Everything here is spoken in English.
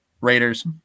Raiders